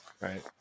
Right